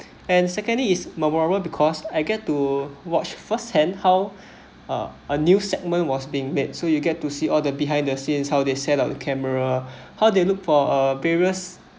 and secondly is memorable because I get to watch first hand how uh a new segment was being made so you get to see all the behind the scenes how they set up the camera how they look for a various